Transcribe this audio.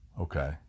Okay